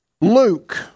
Luke